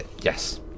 Yes